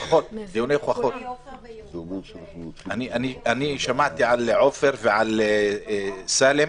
אני שמעתי שבעופר ובסאלם